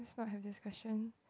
let's not have this question